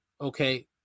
okay